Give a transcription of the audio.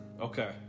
Okay